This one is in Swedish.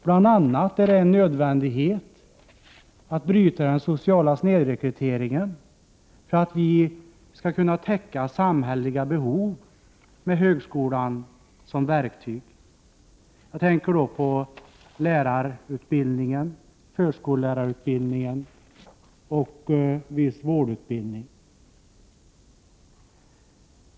Det är t.ex. en nödvändighet att den regionala snedrekryteringen kan brytas — på det sättet kan samhälleliga behov tillgodoses — med högskolan som verktyg. Jag tänker på lärarutbildningen, förskollärarutbildningen och viss vårdutbildning.